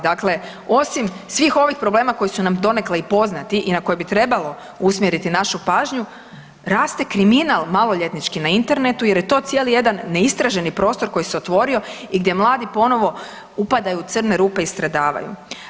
Dakle, osim svih ovih problema koji su nam donekle i poznati i na koje bi trebalo usmjeriti našu pažnju raste kriminal maloljetnički na internetu jer je to cijeli jedan neistraženi prostor koji se otvorio i gdje mladi ponovno upadaju u crne rupe i stradavaju.